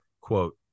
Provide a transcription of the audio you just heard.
quote